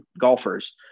golfers